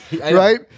right